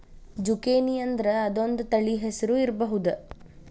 ಜುಕೇನಿಅಂದ್ರ ಅದೊಂದ ತಳಿ ಹೆಸರು ಇರ್ಬಹುದ